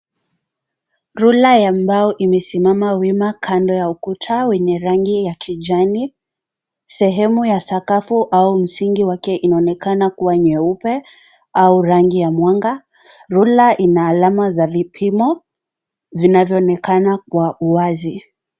Rula ya mbao imesimama wima kando ya ukuta wenye rangi ya kijani. Sehemu ya sakafu au msingi wake inaonekana kuwa nyeupe au rangi ya mwanga. Rula ina alama za vipimo vinavyoonekana kwa uwazi.